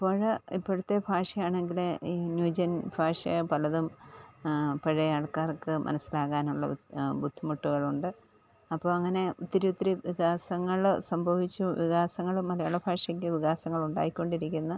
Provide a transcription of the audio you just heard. ഇപ്പോള് ഇപ്പൊഴത്തെ ഭാഷയാണെങ്കില് ഈ ന്യൂ ജെന് ഭാഷാ പലതും പഴയ ആള്ക്കാര്ക്ക് മനസിലാകാനുള്ള ബുദ്ധിമുട്ടുകളുണ്ട് അപ്പോള് അങ്ങനെ ഒത്തിരിയൊത്തിരി വികാസങ്ങള് സംഭവിച്ചു വികാസങ്ങള് മലയാള ഭാഷയ്ക്ക് വികാസങ്ങളുണ്ടായിക്കൊണ്ടിരിക്കിന്ന്